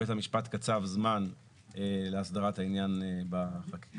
בית המשפט קצב זמן להסדרת העניין בחקיקה.